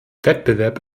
wettbewerb